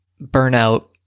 burnout